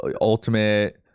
Ultimate